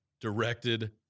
directed